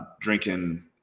drinking